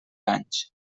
anys